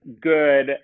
good